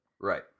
Right